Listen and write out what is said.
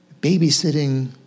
babysitting